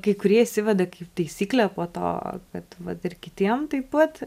kai kurie įsiveda kaip taisyklę po to kad vat ir kitiem taip pat